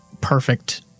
perfect